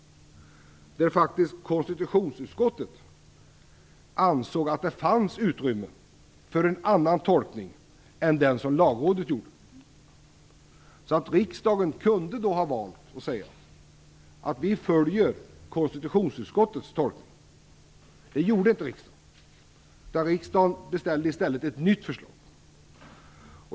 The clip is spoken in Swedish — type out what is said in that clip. Konstitutionsutskottet ansåg att det fanns utrymme för en annan tolkning än den Lagrådet gjorde. Riksdagen kunde då ha valt att följa konstitutionsutskottets tolkning. Det gjorde inte riksdagen, utan riksdagen beställde i stället ett nytt förslag.